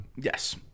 Yes